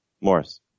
Morris